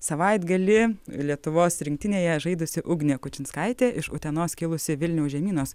savaitgalį lietuvos rinktinėje žaidusi ugnė kučinskaitė iš utenos kilusi vilniaus žemynos